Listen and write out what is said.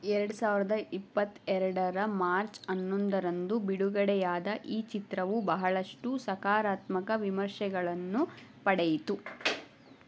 ಎರ್ಡು ಸಾವಿರ್ದ ಇಪ್ಪತ್ತು ಎರಡರ ಮಾರ್ಚ್ ಹನ್ನೊಂದರಂದು ಬಿಡುಗಡೆಯಾದ ಈ ಚಿತ್ರವು ಬಹಳಷ್ಟು ಸಕಾರಾತ್ಮಕ ವಿಮರ್ಶೆಗಳನ್ನು ಪಡೆಯಿತು